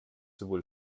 sowohl